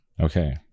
okay